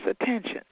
attention